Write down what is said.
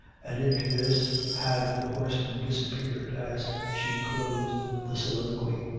and into this had the horseman disappeared as she closed the soliloquy.